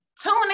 tune